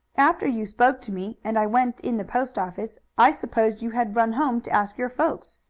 after you spoke to me, and i went in the post-office, i supposed you had run home to ask your folks.